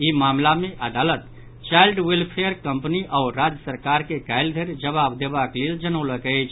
ई मामिला मे अदालत चाईल्ड वेलफेयर कंपनी आओर राज्य सरकार के काल्हि धरि जवाब देबाक लेल जनौलक अछि